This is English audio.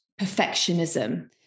perfectionism